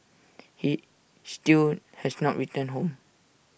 he still has not returned home